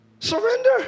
Surrender